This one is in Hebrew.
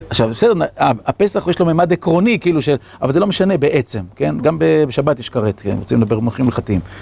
עכשיו בסדר, הפסח יש לו מימד עקרוני כאילו של, אבל זה לא משנה בעצם, כן? גם בשבת יש כרת, כן? רוצים לדבר במונחים הילכתיים.